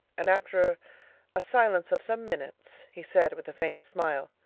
and, after a silence of some minutes, he said, with a faint smile,